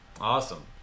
Awesome